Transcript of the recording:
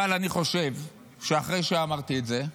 אבל אני חושב, שאחרי שאמרתי את זה,